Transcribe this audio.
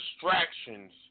distractions